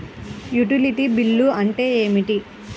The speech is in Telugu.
యుటిలిటీ బిల్లు అంటే ఏమిటి?